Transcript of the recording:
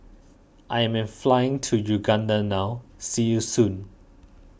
I am flying to Uganda now see you soon